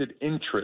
interest